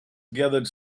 gathered